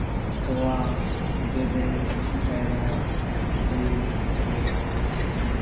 ᱛᱚᱣᱟ ᱵᱤᱞᱤ ᱠᱟᱭᱨᱟ ᱡᱤᱞ ᱦᱟ ᱠᱩ